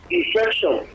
infection